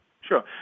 sure